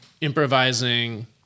improvising